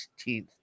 16th